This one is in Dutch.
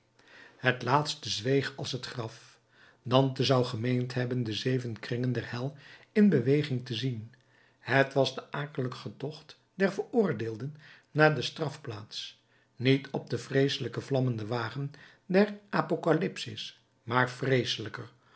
het laatste zweeg als het graf dante zou gemeend hebben de zeven kringen der hel in beweging te zien het was de akelige tocht der veroordeelden naar de strafplaats niet op den vreeselijken vlammenden wagen der apokalypsis maar vreeselijker